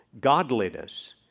godliness